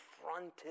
confronted